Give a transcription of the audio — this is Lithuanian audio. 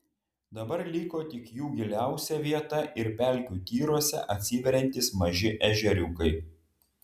dabar liko tik jų giliausia vieta ir pelkių tyruose atsiveriantys maži ežeriukai